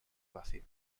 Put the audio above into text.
vacío